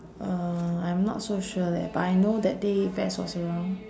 uh I'm not so sure leh but I know that day ves was around